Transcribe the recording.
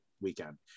weekend